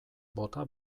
bota